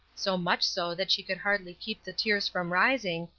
so much so that she could hardly keep the tears from rising,